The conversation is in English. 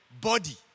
body